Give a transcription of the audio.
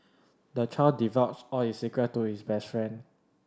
the child divulged all his secret to his best friend